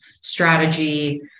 strategy